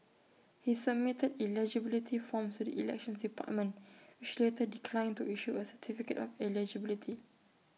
he submitted eligibility forms to the elections department which later declined to issue A certificate of eligibility